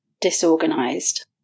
Disorganized